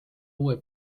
uue